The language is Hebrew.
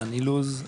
דן אילוז,